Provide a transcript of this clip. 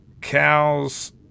cows